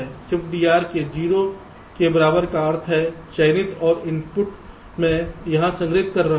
ShiftDR के 0 के बराबर का अर्थ है चयनित और इनपुट मैं यहाँ संग्रहीत कर रहा हूँ